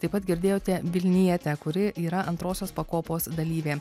taip pat girdėjote vilnietę kuri yra antrosios pakopos dalyvė